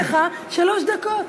הלב שלי מקשיב לך שלוש דקות.